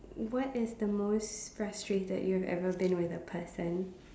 what is the most frustrated you've ever been with a person